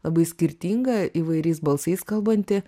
labai skirtinga įvairiais balsais kalbanti